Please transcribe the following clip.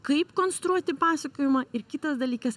kaip konstruoti pasakojimą ir kitas dalykas